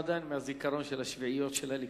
עדיין מהזיכרון של השביעיות של הליכוד,